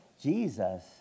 Jesus